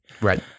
Right